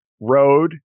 road